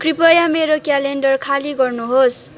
कृपया मेरो क्यालेन्डर खाली गर्नुहोस्